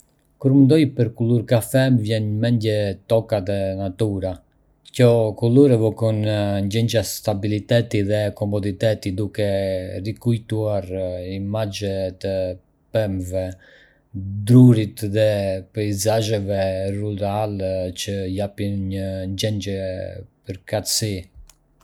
Kur mendoj për kulur kafe, më vjen në mendje toka dhe natyra. Kjo kulur evokon ndjenja stabiliteti dhe komoditeti, duke rikujtuar imazhe të pemëve, drurit dhe peizazheve rurale që japin një ndjenjë përkatësie.